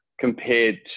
compared